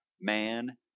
man